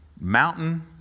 mountain